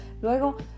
luego